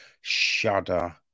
Shudder